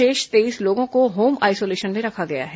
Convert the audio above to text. शेष तेईस लोगों को होम आईसोलेशन में रखा गय है